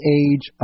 age